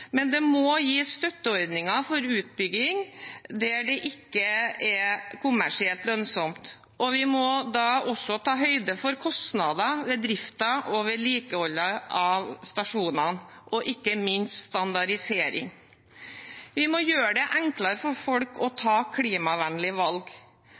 men det må gis støtteordninger for utbygging der det ikke er kommersielt lønnsomt. Vi må da også ta høyde for kostnader ved driften og vedlikeholdet av stasjonene og ikke minst standardisering. Vi må gjøre det enklere for folk å